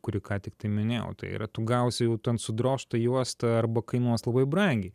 kurį ką tiktai minėjau tai yra tu gausi jau tan sudrožtą juostą arba kainuos labai brangiai